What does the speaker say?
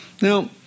Now